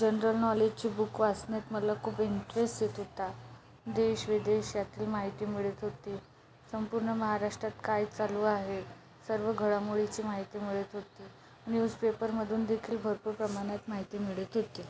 general नॉलेजचे book वाचण्यात मला खूप इंटरेस्ट येत होता देश विदेश यातली माहिती मिळत होती संपूर्ण महाराष्ट्रात काय चालू आहे सर्व घडामोडीची माहिती मिळत होती न्यूज पेपरमधून देखील भरपूर प्रमाणात माहिती मिळत होती